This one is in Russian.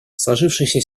сложившаяся